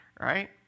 right